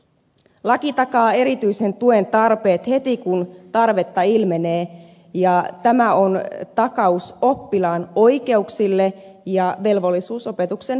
laki takaa erityisen tuen tarpeet heti kun tarvetta ilmenee ja tämä on takaus oppilaan oikeuksille ja velvollisuus opetuksen järjestäjille